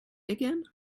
again